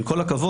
עם כל הכבוד,